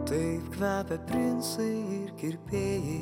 taip kvepia princai ir kirpėjai